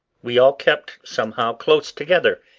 we all kept somehow close together,